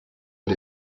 but